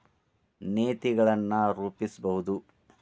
ನೇತಿಗಳನ್ ರೂಪಸ್ಬಹುದು